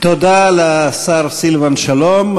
תודה לשר סילבן שלום.